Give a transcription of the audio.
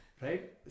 right